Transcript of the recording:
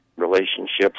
relationships